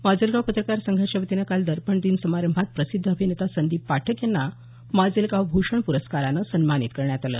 माजलगाव पत्रकार संघाच्या वतीनं काल दर्पण दिन समारंभात प्रसिद्ध अभिनेता संदीप पाठक यांना माजलगांव भूषण प्रस्कारानं सन्मानित करण्यात आलं